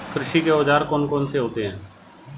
कृषि के औजार कौन कौन से होते हैं?